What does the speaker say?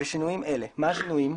בשינויים אלה - מה השינויים?